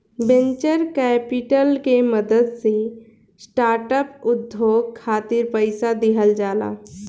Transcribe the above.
venture capital के मदद से स्टार्टअप उद्योग खातिर पईसा दिहल जाला